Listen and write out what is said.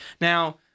Now